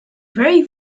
very